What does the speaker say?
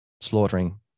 slaughtering